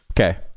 Okay